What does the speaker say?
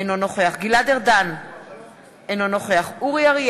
אינו נוכח גלעד ארדן, אינו נוכח אורי אריאל,